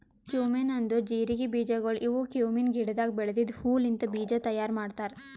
cumin ಅಂದುರ್ ಜೀರಿಗೆ ಬೀಜಗೊಳ್ ಇವು ಕ್ಯುಮೀನ್ ಗಿಡದಾಗ್ ಬೆಳೆದಿದ್ದ ಹೂ ಲಿಂತ್ ಬೀಜ ತೈಯಾರ್ ಮಾಡ್ತಾರ್